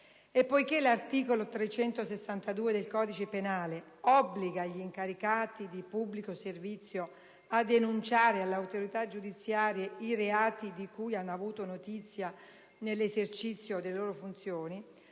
poiché l'articolo 362 del codice penale obbliga gli incaricati di pubblico servizio a denunciare all'autorità giudiziaria i reati di cui hanno avuto notizia dell'esercizio delle loro funzioni,